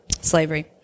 slavery